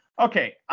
okay